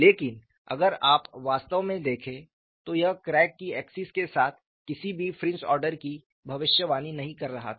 लेकिन अगर आप वास्तव में देखें तो यह क्रैक की एक्सिस के साथ किसी भी फ्रिंज ऑर्डर की भविष्यवाणी नहीं कर रहा था